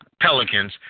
Pelicans